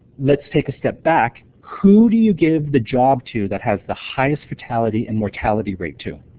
let's take a step back. who do you give the job to that has the highest fatality and mortality rate to?